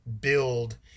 build